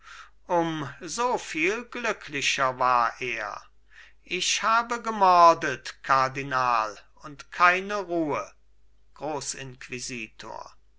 um soviel glücklicher war er ich habe gemordet kardinal und keine ruhe grossinquisitor